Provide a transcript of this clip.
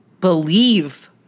believe